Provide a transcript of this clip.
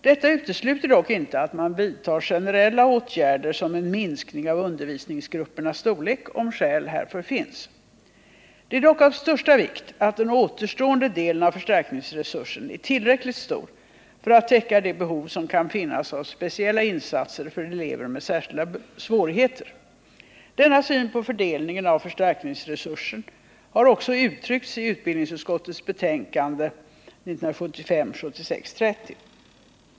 Detta utesluter dock inte att man vidtar generella åtgärder, som en minskning av undervisningsgruppernas storlek, om skäl härför finns. Det är dock av största vikt att den återstående delen av förstärkningsresursen är tillräckligt stor för att täcka de behov som kan finnas av speciella insatser för elever med särskilda svårigheter. Denna syn på fördelningen av förstärkningsresursen har också uttryckts i utbildningsutskottets betänkande 1975/ 76:30.